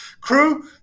Crew